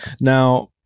now